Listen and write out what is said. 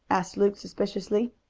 asked luke suspiciously.